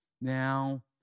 now